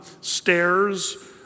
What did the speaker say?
stairs